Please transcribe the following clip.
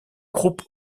groupe